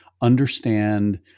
understand